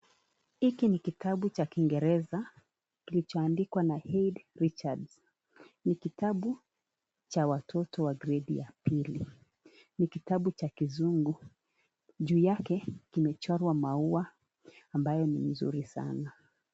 Hiki ni kitabu cha kiingereza kilichoandikwa na Aid Richards. Ni kitabu cha watoto wa gredi ya pili, ni kitabu cha kizungu juu yake kimechorwa mauwa ambayo ni mzuri sana.